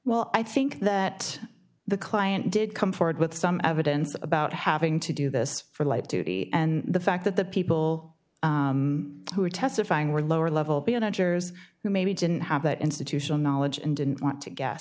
well i think that the client did come forward with some evidence about having to do this for light duty and the fact that the people who were testifying were lower level be on edge or who maybe didn't have that institutional knowledge and didn't want to g